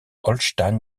holstein